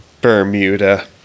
Bermuda